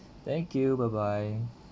thank you bye bye